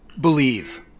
believe